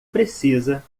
precisa